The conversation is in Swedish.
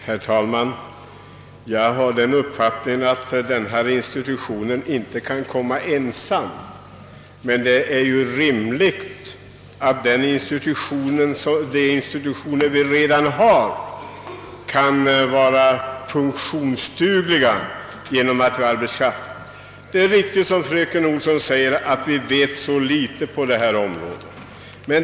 Herr talman! Jag har den uppfattningen att denna institution inte blir den. enda, men det är ju rimligt att de institutioner vi redan har är funktionsdugliga. Det är riktigt som fröken Olsson sade att vi vet så litet om dessa frågor.